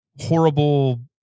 horrible